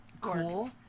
cool